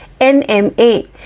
NMA